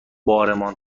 بارمان